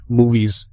movies